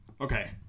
Okay